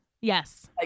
Yes